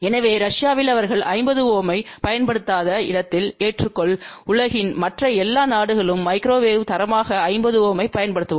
எனவே ரஷ்யாவில் அவர்கள் 50 Ω ஐப் பயன்படுத்தாத இடத்தில் ஏற்றுக்கொள் உலகின் மற்ற எல்லா நாடுகளும் மைக்ரோவேவுக்கு தரமாக 50 Ω ஐப் பயன்படுத்தவும்